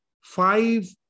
five